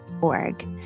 org